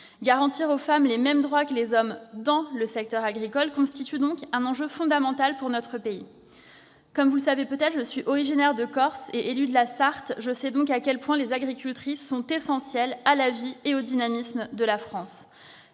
Garantir aux femmes les mêmes droits que ceux des hommes dans le secteur agricole constitue donc un enjeu fondamental pour notre pays. Comme vous le savez peut-être, je suis originaire de Corse et élue de la Sarthe. Je sais donc à quel point les agricultrices sont essentielles à la vie et au dynamisme de la France.